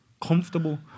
comfortable